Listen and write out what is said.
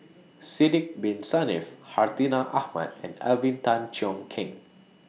Sidek Bin Saniff Hartinah Ahmad and Alvin Tan Cheong Kheng